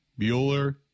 Bueller